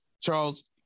Charles